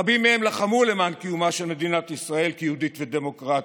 רבים מהם לחמו למען קיומה של מדינת ישראל כיהודית ודמוקרטית.